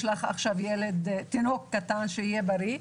כמי שיש לך עכשיו תינוקת קטנה שתהיה בריאה.